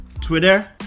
Twitter